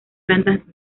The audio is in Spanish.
plantas